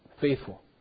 faithful